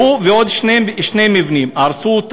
ואותו ועוד שני מבנים הרסו,